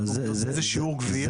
איזה שיעור גבייה.